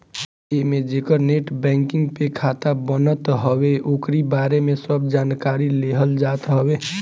एमे जेकर net banking पे खाता बनत हवे ओकरी बारे में सब जानकारी लेहल जात हवे